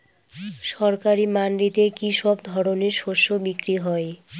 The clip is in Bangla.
সরকারি মান্ডিতে কি সব ধরনের শস্য বিক্রি হয়?